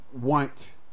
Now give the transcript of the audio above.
want